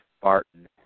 Barton